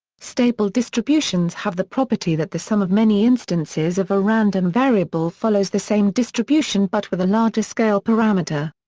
stable distributions have the property that the sum of many instances of a random variable follows the same distribution but with a larger scale parameter.